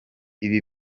ibi